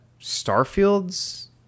Starfield's